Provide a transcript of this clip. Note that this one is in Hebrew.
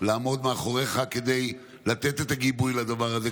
לעמוד מאחוריך כדי לתת את הגיבוי לדבר הזה,